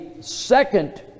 second